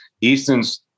Easton's